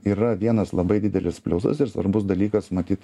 yra vienas labai didelis pliusas ir svarbus dalykas matyt